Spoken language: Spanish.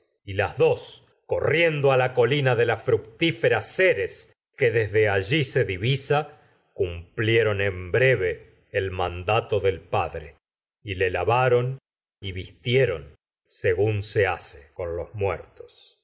y las dos corriendo allí se a la colina de la fructífera ceres que en desde divisa cumplieron y breve el mandato del padre y le lavaron vistieron según se hace